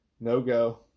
No-go